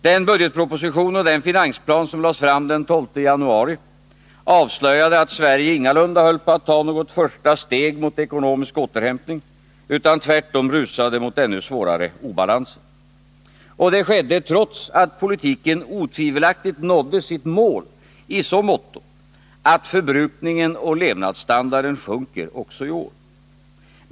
Den budgetproposition och den finansplan som lades fram den 12 januari avslöjade att Sverige ingalunda höll på att ta något första steg mot ekonomisk återhämtning utan tvärtom rusade mot ännu svårare obalanser. Och detta skedde trots att politiken otvivelaktigt nådde sitt mål i så måtto att förbrukningen och levnadsstandarden sjunker också i år.